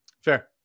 Fair